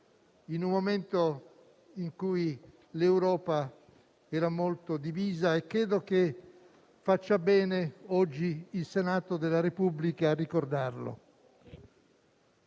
in un momento in cui l'Europa era molto divisa e credo che faccia bene oggi il Senato della Repubblica a ricordarlo.